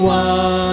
one